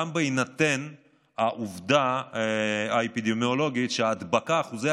גם בהינתן העובדה האפידמיולוגית שלפיה אחוזי